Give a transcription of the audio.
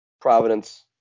Providence